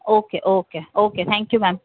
okay okay okay thank you ma'am